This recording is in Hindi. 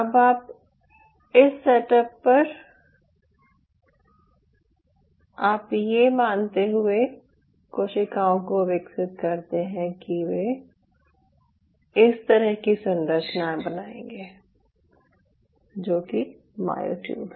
अब इस सेटअप पर आप ये मानते हुए कोशिकाओं को विकसित करते हैं कि वे इस तरह की संरचनाएं बनाएंगे जो कि मायोट्यूब हैं